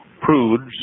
prudes